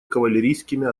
кавалерийскими